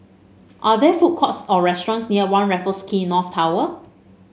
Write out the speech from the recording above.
are there food courts or restaurants near One Raffles Quay North Tower